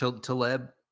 Taleb